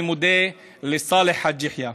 אני מודה לסלאח חאג' יחיא.